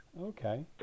Okay